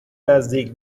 نزدیک